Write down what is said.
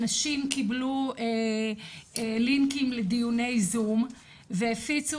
אנשים קיבלו לינקים לדיוני זום והפיצו